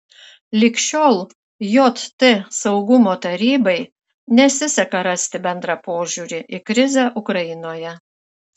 lig šiol jt saugumo tarybai nesiseka rasti bendrą požiūrį į krizę ukrainoje